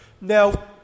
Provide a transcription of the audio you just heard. Now